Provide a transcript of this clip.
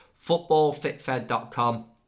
footballfitfed.com